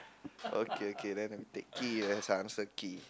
okay okay then I'd take key as the answer key